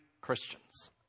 Christians